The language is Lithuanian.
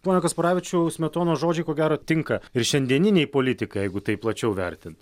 pone kasparavičiau smetonos žodžiai ko gero tinka ir šiandieninei politikai jeigu taip plačiau vertint